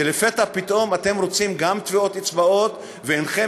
שלפתע פתאום אתם רוצים גם טביעות אצבעות ואינכם